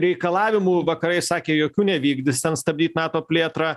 reikalavimų vakarai sakė jokių nevykdys ten stabdyt nato plėtrą